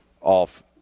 off